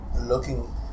looking